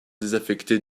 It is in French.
désaffecté